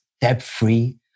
debt-free